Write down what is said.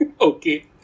Okay